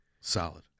Solid